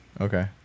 Okay